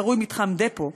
הקרוי מתחם "דפו",